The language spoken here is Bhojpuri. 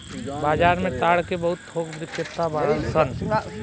बाजार में ताड़ के बहुत थोक बिक्रेता बाड़न सन